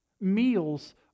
Meals